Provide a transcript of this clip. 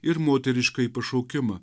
ir moteriškąjį pašaukimą